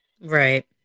right